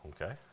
okay